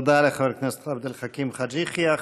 תודה לחבר הכנסת עבד אל חכים חאג' יחיא.